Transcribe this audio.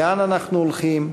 לאן אנחנו הולכים,